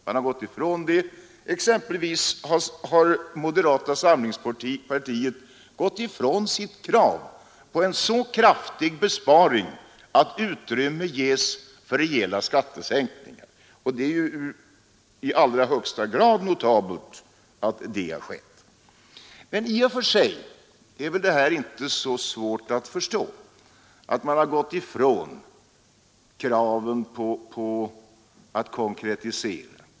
Man har som sagt gått ifrån det. Moderata samlingspartiet har exempelvis gått ifrån sitt krav på en så kraftig besparing att utrymme ges för rejäla skattesänkningar, och det är ju i allra högsta grad notabelt att detta skett. Men i och för sig är det väl inte så svårt att förstå att man har gått ifrån våra krav på att konkretisera.